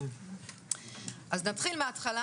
נתחיל מהתחלה